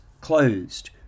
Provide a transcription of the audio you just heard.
closed